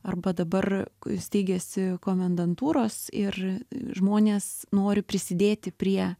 arba dabar steigiasi komendantūros ir žmonės nori prisidėti prie